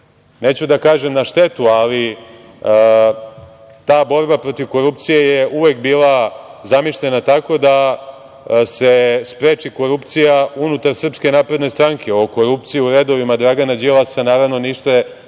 neću da kažem na štetu, ali ta borba protiv korupcije je uvek bila zamišljena tako da se spreči korupcija unutar SNS. O korupciji u redovima Dragana Đilasa niste